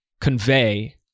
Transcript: convey